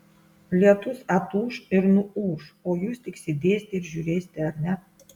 lietus atūš ir nuūš o jūs tik sėdėsite ir žiūrėsite ar ne